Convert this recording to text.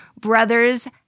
brothers